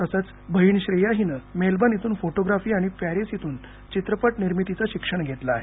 त्यांची बहीण श्रेया हिने मेलबर्न इथून फोटोग्राफी आणि पॅरिस इथून चित्रपट निर्मितीचे शिक्षण घेतले आहे